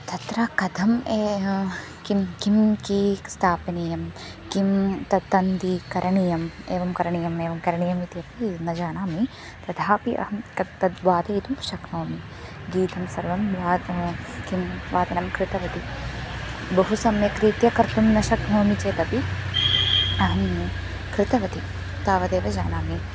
तत्र कथं ए किं किं कीक्स् स्थापनीयं किं तत् तन्ति करणीयम् एवं करणीयम् एवं करणीयम् इत्यपि न जानामि तथापि अहं तद् तद् वादयितुं शक्नोमि गीतं सर्वं वा किं वादनं कृतवती बहु सम्यक् रीत्या कर्तुं न शक्नोमि चेदपि अहं कृतवती तावदेव जानामि